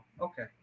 Okay